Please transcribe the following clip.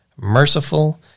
merciful